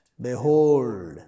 Behold